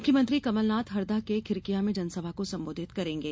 मुख्यमंत्री कमलनाथ हरदा के खिरकिया में जनसभा को संबोधित करेंगे